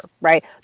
right